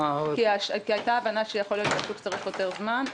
כי היתה הבנה שיכול להיות שהשוק צריך יותר זמן.